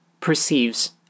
perceives